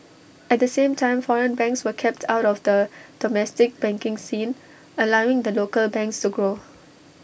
at the same time foreign banks were kept out of the domestic banking scene allowing the local banks to grow